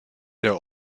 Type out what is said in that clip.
der